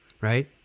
right